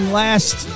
last